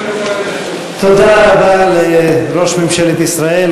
תודה רבה לראש ממשלת ישראל,